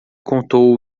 contou